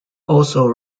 also